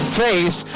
faith